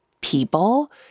people